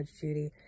Judy